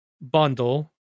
bundle